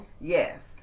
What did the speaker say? Yes